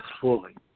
fully